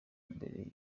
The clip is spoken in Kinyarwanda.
mbere